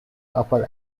upper